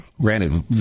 granted